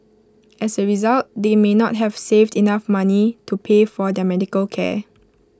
as A result they may not have saved enough money to pay for their medical care